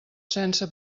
sense